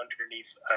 underneath